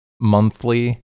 monthly